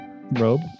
Robe